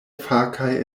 fakaj